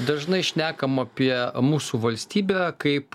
dažnai šnekam apie mūsų valstybę kaip